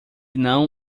não